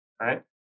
Right